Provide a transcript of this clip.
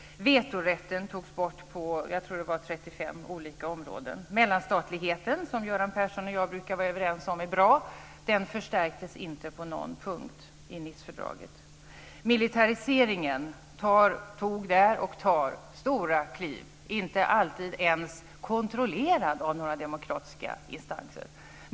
Vetorätten togs bort på 35 olika områden. Mellanstatligheten, som Göran Persson och jag brukar vara överens om är bra, förstärktes inte på någon punkt i Nicefördraget. Miltitariseringen tog och tar stora kliv, inte alltid ens kontrollerad av några demokratiska instanser.